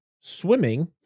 swimming